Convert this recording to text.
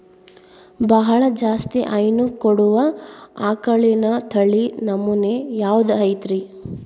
ಬಹಳ ಜಾಸ್ತಿ ಹೈನು ಕೊಡುವ ಆಕಳಿನ ತಳಿ ನಮೂನೆ ಯಾವ್ದ ಐತ್ರಿ?